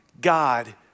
God